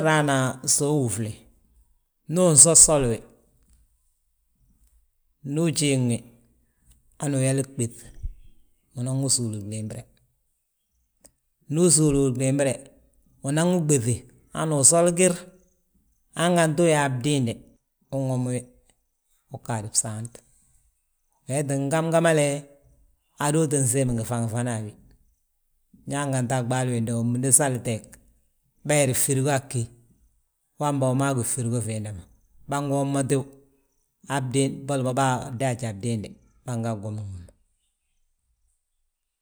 Ndu uraana so uwúfle, ndu unsosoli wi. Ndu ujiiŋ wi, hanu uyali ɓéŧ, unan wi súuli glimbire. Ndu usúuli wi glimbire, unan wi ɓéŧi hanu usol gir, hanganti uyaa bdiinde, unwomi wi, uu ggadi bsaant. Wee ttin gamgamale, handu uu tti siim gifaŋi fana a wi, ñe han ganti a ɓaali wiinda wommu ndi sal teeg. Bayiri firigo aa ggí, wamba wi maa ggí firigo fiinda ma. Bângi wom mo tíw, han bdind, boli mo bâa daaja a bdiinde. Bân gaa gwomi.